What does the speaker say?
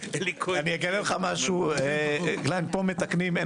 אני אגלה לך משהו, אין בעיה, פה מתקנים את